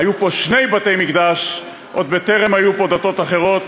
היו פה שני בתי-מקדש עוד בטרם היו פה דתות אחרות,